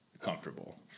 Comfortable